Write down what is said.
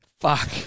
Fuck